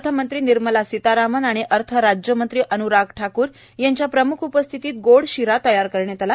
अर्थमंत्री निर्मला सीतारामण् आणि अर्थराज्यमंत्री अन्राग ठाकूर यांच्या प्रम्ख उपस्थितीत गोड शिरा तयार करण्यात आला